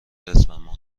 اسفندماه